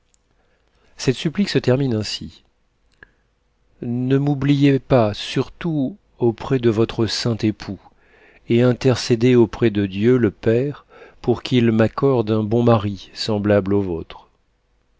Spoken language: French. cette supplique se termine ainsi ne m'oubliez pas surtout auprès de votre saint époux et intercédez auprès de dieu le père pour qu'il m'accorde un bon mari semblable au vôtre